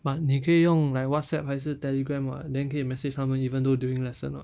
but 你可以用 like whatsapp 还是 telegram [what] then 可以 message 他们 even though during lesson [what]